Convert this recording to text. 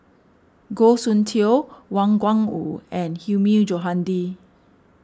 Goh Soon Tioe Wang Gungwu and Hilmi Johandi